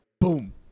boom